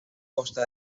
costa